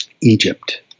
egypt